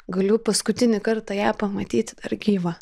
galiu paskutinį kartą ją pamatyti dar gyvą